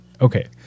okay